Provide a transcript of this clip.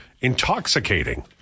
intoxicating